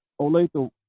Olathe